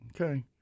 Okay